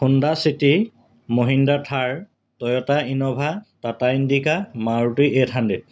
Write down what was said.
Honda city Mahindra Thar Toyota Innova Tata Indica Maruti eight hundred